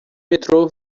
metrô